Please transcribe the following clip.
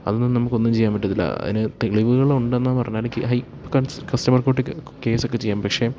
അതിനൊന്നും നമുക്കൊന്നും ചെയ്യാന് പറ്റില്ല അതിന് തെളിവുകളുണ്ടെന്ന് പറഞ്ഞാല് കസ്റ്റമർ കോർട്ടില് കേസൊക്കെ ചെയ്യാം പക്ഷേ